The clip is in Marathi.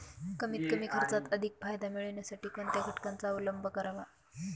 कमीत कमी खर्चात अधिक फायदा मिळविण्यासाठी कोणत्या घटकांचा अवलंब करावा?